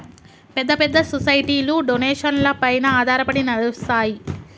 పెద్ద పెద్ద సొసైటీలు డొనేషన్లపైన ఆధారపడి నడుస్తాయి